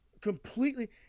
Completely